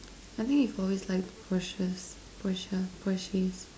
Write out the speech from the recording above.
I think you've always liked porsc~ Porsches Porsche